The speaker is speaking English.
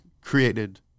created